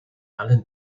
allen